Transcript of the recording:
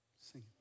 Sing